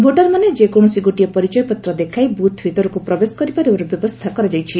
ଭୋଟର୍ମାନେ ଯେକୌଣସି ଗୋଟିଏ ପରିଚୟ ପତ୍ର ଦେଖାଇ ବୁଥ୍ ଭିତରକୁ ପ୍ରବେଶ କରିପାରିବାର ବ୍ୟବସ୍ରା କରାଯାଇଛି